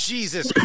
Jesus